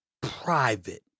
private